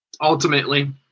ultimately